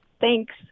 thanks